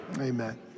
Amen